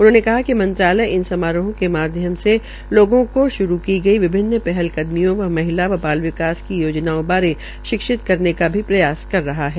उन्होंने कहा कि मंत्रालय इन समारोहों के माध्यम से लोगों को श्रू की गई विभिन्न पहल कदमियों व महिला बाल विकास की योजनाओं बारे शिक्षित करने का भी प्रयास कर रहा है